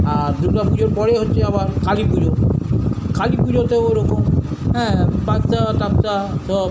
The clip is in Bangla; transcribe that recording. আর দুর্গা পুজোর পরেই হচ্ছে আবার কালী পুজো কালী পুজোতেও ওরকম হ্যাঁ বাচ্চা কাচ্চা সব